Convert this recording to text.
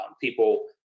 people